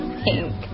pink